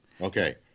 Okay